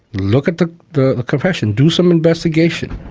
look at the the confession, do some investigation.